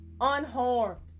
unharmed